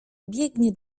biegnie